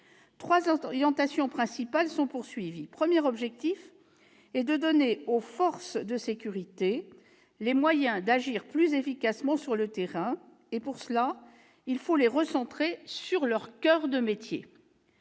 Trois orientations principales sont poursuivies. Le premier objectif est de donner aux forces de sécurité les moyens d'agir plus efficacement sur le terrain et, pour cela, de les recentrer sur leur coeur de métier.